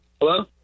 Hello